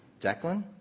Declan